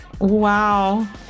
Wow